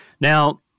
Now